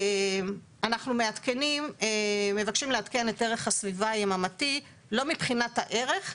אנחנו מבקשים לעדכן את ערך הסביבה היממתי לא מבחינת הערך,